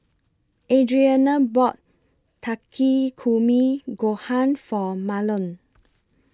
Adriana bought Takikomi Gohan For Mahlon